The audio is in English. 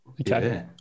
Okay